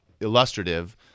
illustrative